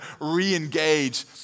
re-engage